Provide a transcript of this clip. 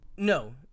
No